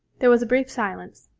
there was a brief silence,